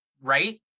Right